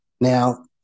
Now